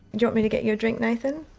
you want me to get you a drink nathan?